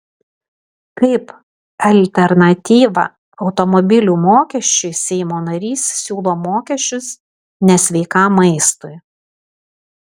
kaip alternatyvą automobilių mokesčiui seimo narys siūlo mokesčius nesveikam maistui